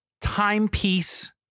timepiece